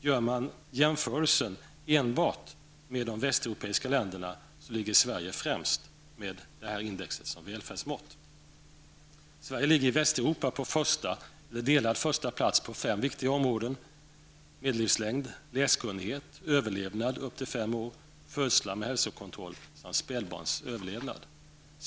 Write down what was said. Gör man jämförelser enbart med de västeuropeiska länderna, ligger Sverige främst med detta index som välfärdsmått. Sverige ligger i Västeuropa på delad första plats på fem viktiga områden: medellivslängd, läskunnighet, överlevnad upp till fem år, födslar med hälsokontroll samt spädbarnsöverlevnad.